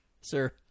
sir